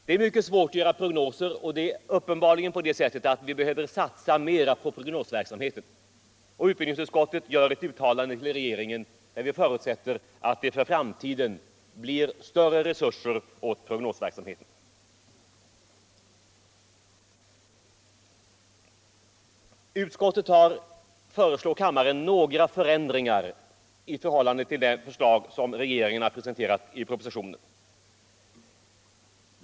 Det är mycket svårt att göra prognoser, och vi behöver uppenbarligen satsa mer på prognosverksamhet. Utbildningsutskottet föreslår ett uttalande till regeringen, i vilket man förutsätter att det för framtiden blir större resurser åt prognosverksamheten. Utskottet föreslår kammaren några förändringar i förhållande till de förslag som regeringen har presenterat i propositionen.